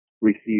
Receive